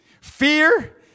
fear